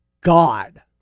God